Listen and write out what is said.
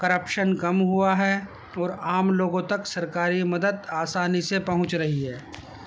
corruption کم ہوا ہے اور عام لوگوں تک سرکاری مدد آسانی سے پہنچ رہی ہے